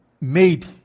made